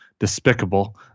despicable